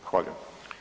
Zahvaljujem.